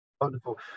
Wonderful